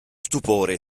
stupore